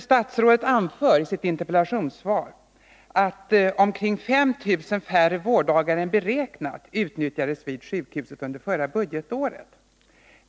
Statsrådet anförde i sitt interpellationssvar att omkring 5 000 färre vårddagar än beräknat utnyttjades vid Akademiska sjukhuset under förra budgetåret.